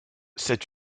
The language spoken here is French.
cet